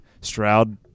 Stroud